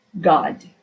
god